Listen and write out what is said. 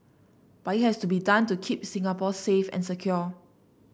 but it has to be done to keep Singapore safe and secure